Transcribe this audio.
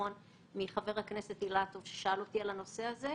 נכון מחבר הכנסת אילטוב ששאל אותי על הנושא הזה,